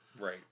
Right